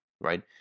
right